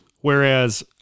whereas